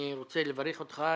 אני רוצה לברך אותך.